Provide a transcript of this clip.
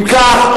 אם כך,